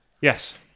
Yes